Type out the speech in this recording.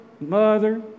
mother